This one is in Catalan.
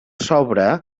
sobre